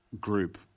group